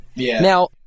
Now